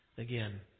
again